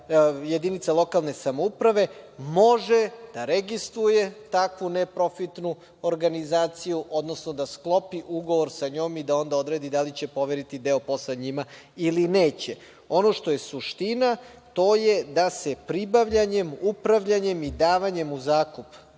jedinica lokalne samouprave može da registruje takvu neprofitnu organizaciju, odnosno da sklopi ugovor sa njom i da onda odredi da li će poveriti deo posle njima ili neće. Ono što je suština, to je da se pribavljanjem, upravljanjem i davanjem u zakup